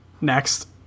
Next